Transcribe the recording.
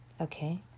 Okay